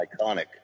iconic